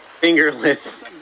Fingerless